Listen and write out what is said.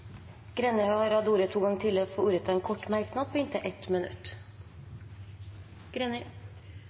Greni har hatt ordet to ganger tidligere og får ordet til en kort merknad, begrenset til 1 minutt.